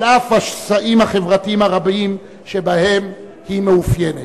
על אף השסעים החברתיים הרבים שבהם היא מתאפיינת.